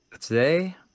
Today